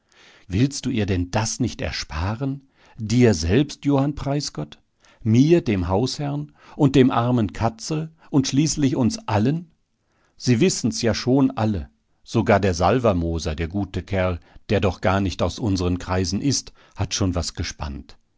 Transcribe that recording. willst du ihr denn das nicht ersparen dir selbst johann preisgott mir dem hausherrn und dem armen katzel und schließlich uns allen sie wissen's ja schon alle sogar der salvermoser der gute kerl der doch gar nicht aus unseren kreisen ist hat schon was gespannt